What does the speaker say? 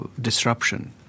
disruption